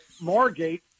Margate